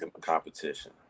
competition